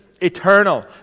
Eternal